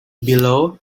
below